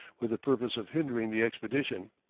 with the purpose of hindering the expedition.